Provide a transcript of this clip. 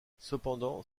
cependant